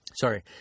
Sorry